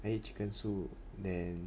I eat chicken soup then